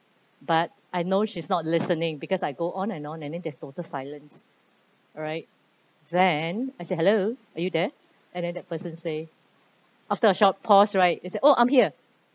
but I know she's not listening because I go on and on and then there's total silence alright then I say hello are you there and then that person say after a short pause right it said oh I'm here